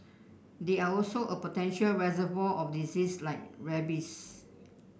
they are also a potential reservoir of disease like rabies